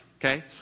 okay